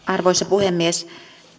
arvoisa puhemies